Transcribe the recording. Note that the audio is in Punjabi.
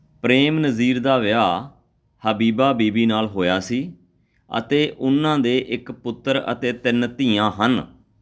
ਪ੍ਰੇਮ ਨਜ਼ੀਰ ਦਾ ਵਿਆਹ ਹਬੀਬਾ ਬੀਬੀ ਨਾਲ ਹੋਇਆ ਸੀ ਅਤੇ ਉਨ੍ਹਾਂ ਦੇ ਇੱਕ ਪੁੱਤਰ ਅਤੇ ਤਿੰਨ ਧੀਆਂ ਹਨ